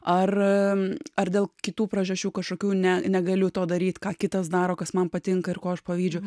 ar ar dėl kitų priežasčių kažkokių ne negaliu to daryt ką kitas daro kas man patinka ir ko aš pavydžiu